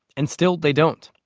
and still, they don't.